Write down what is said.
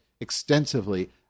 extensively